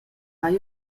hai